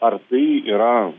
ar tai yra